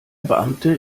beamte